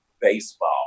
baseball